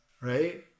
right